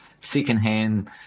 secondhand